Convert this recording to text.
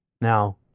Now